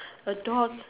the dog